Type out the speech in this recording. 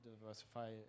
diversify